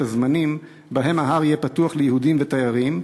הזמנים שבהם ההר יהיה פתוח ליהודים ולתיירים,